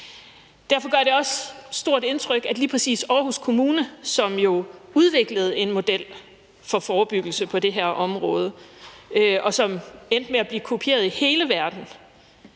Derfor gør det også stort indtryk, at lige præcis Aarhus Kommune, som jo udviklede en model for forebyggelse på det her område, som endte med at blive kopieret i hele verden,